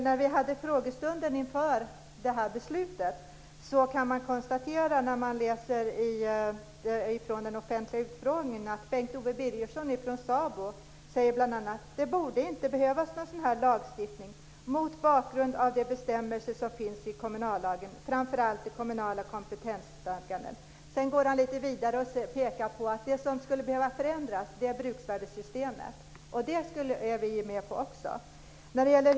När vi hade den offentliga utfrågningen inför beslutet sade Bengt Owe Birgersson från SABO sade bl.a. att det inte borde behövas en sådan lagstiftning mot bakgrund av de bestämmelser som finns i kommunallagen, framför allt i stadganden om kommunal kompetens. Han pekade vidare på att det som skulle behöva förändras är bruksvärdessystemet. Det är vi med på också.